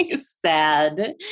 sad